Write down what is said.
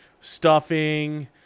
stuffing